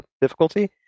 difficulty